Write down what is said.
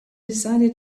decided